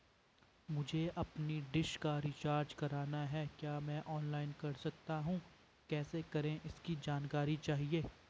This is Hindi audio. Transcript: मुझे अपनी डिश का रिचार्ज करना है क्या मैं ऑनलाइन कर सकता हूँ कैसे करें इसकी जानकारी चाहिए?